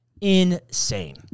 insane